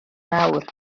mawr